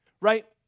right